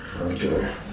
Okay